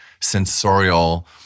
sensorial